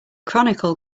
chronicle